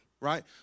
right